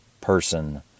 person